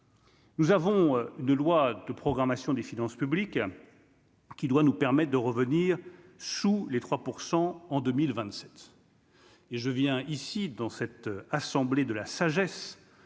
Nous avons 2 lois de programmation des finances publiques qui doit nous permettent de revenir sous les 3 % en 2027. Et je viens ici dans cette assemblée de la sagesse,